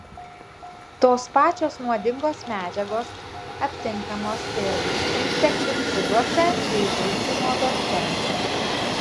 tos pačios nuodingos medžiagos aptinkamos ir insekticiduose bei žiurkių nuoduose